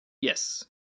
Yes